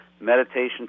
meditation